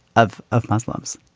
of of muslims.